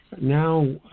now